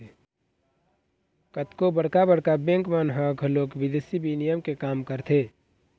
कतको बड़का बड़का बेंक मन ह घलोक बिदेसी बिनिमय के काम करथे